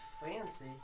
fancy